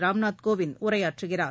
ராம்நாத் கோவிந்த் உரையாற்றுகிறார்